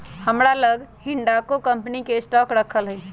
हमरा लग हिंडालको कंपनी के स्टॉक राखल हइ